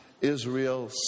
Israel